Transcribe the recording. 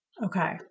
Okay